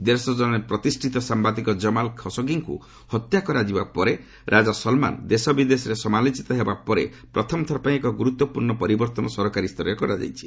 ଦେଶର ଜଣେ ପ୍ରତିଷ୍ଠିତ ସାମ୍ବାଦିକ ଜମାଲ୍ ଖାସୋଗିଙ୍କୁ ହତ୍ୟା କରାଯିବା ପରେ ରାଜା ସଲମାନ ଦେଶବିଦଶରେ ସମାଲୋଚିତ ହେବା ପରେ ପ୍ରଥମଥର ପାଇଁ ଏକ ଗୁରୁତ୍ୱପୂର୍ଣ୍ଣ ପରିବର୍ଭନ ସରକାରୀ ସ୍ତରରେ କରାଯାଇଛି